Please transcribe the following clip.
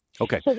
Okay